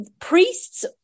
priests